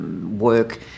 Work